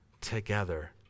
together